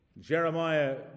Jeremiah